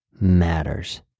matters